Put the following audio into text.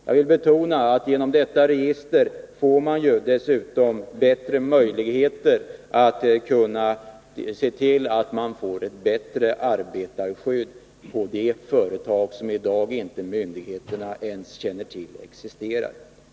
Jag vill betona att man genom detta register dessutom får möjligheter att se till att det blir ett bättre arbetarskydd på de företag vilkas existens myndigheterna nu inte ens känner till.